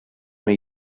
mir